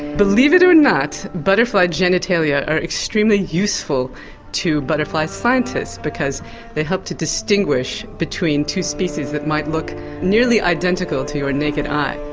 believe it or not, butterfly genitalia are extremely useful to butterfly scientists, because they help to distinguish between two species that might look nearly identical to your naked eye.